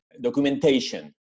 documentation